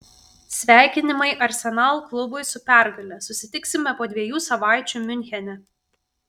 sveikinimai arsenal klubui su pergale susitiksime po dviejų savaičių miunchene